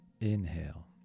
Inhale